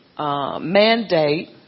Mandate